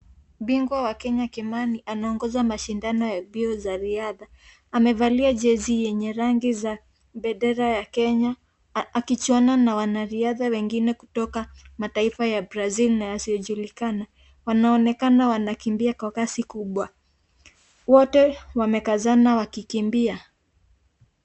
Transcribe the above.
Bingwa wa Kenya Kimani anaongoza mashindano ya mbio za riadha, amevalia jezi yenye rangi za bendera ya Kenya akijuana na wanariadha wengine kutoka mataifa ya Brazil na yasiyojulikana. Wanaonekana wanakimbia kwa kasi kubwa. Wote wanakazana wakikimbia.